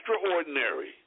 extraordinary